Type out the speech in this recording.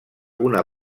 una